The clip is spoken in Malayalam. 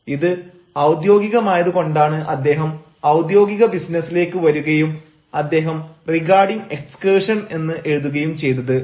ഇത് ഔദ്യോഗികമായത് കൊണ്ടാണ് അദ്ദേഹം ഔദ്യോഗിക ബിസിനസിലേക്ക് വരുകയും അദ്ദേഹം റിഗാർഡിങ് എക്സ്കേർഷൻ എന്ന് എഴുതുകയും ചെയ്തത്